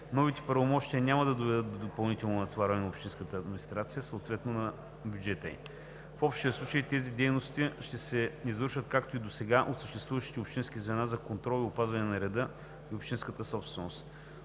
Новите правомощия няма да доведат до допълнително натоварване на общинските администрации, съответно на бюджетите им. В общия случай тези дейности ще се извършват, както и досега, от съществуващите общински звена за контрол и опазване на реда и общинската собственост.